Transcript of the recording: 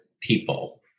people